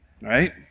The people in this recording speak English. right